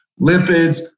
Lipids